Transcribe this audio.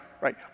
right